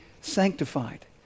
sanctified